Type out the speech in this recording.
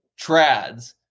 Trads